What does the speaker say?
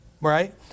Right